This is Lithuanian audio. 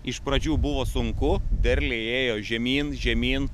iš pradžių buvo sunku derliai ėjo žemyn žemyn